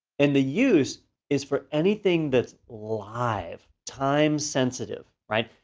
and the use is for anything that's live. time-sensitive, right?